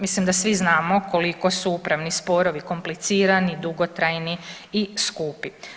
Mislim da svi znamo koliko su upravni sporovi komplicirani, dugotrajni i skupi.